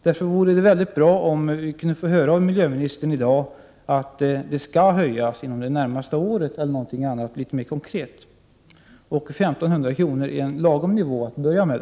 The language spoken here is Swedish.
Det vore därför bra om miljöministern i dag kunde säga att bilskrotningspremien skall höjas under det närmaste året eller att några andra konkreta åtgärder skall vidtas. 1 500 kr. är en lagom nivå att börja med.